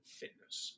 fitness